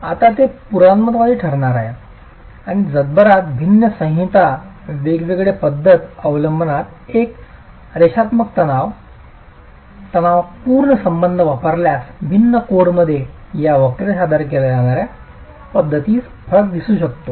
आता ते पुराणमतवादी ठरणार आहे आणि जगभरात भिन्न संहिता वेगवेगळे पध्दत अवलंबतात एक रेषात्मक तणाव तणावपूर्ण संबंध वापरल्यास भिन्न कोडमध्ये या वक्रे सादर केल्या जाणाऱ्या पद्धतीतील फरक दिसू शकतो